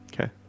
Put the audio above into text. Okay